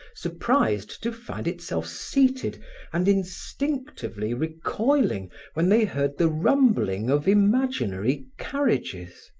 surprised to find itself seated and instinctively recoiling when they heard the rumbling of imaginary carriages.